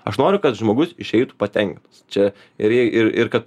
aš noriu kad žmogus išeitų patenkintas čia ir jei ir ir kad